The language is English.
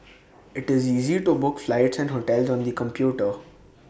IT is easy to book flights and hotels on the computer